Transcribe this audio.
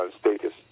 status